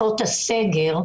הסגר,